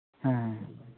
ᱦᱮᱸ ᱦᱮᱸ ᱦᱮᱸ